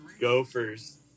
gophers